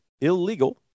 illegal